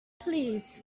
please